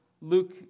Luke